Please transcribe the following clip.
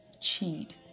cheat